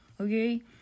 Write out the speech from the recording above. okay